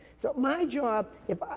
so, my job, if i,